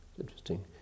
Interesting